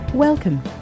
Welcome